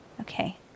Okay